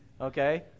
Okay